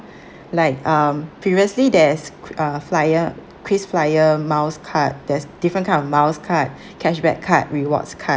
like um previously there's uh flyer KrisFlyer miles card there's different kind of miles card cashback card rewards card